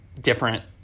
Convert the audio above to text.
different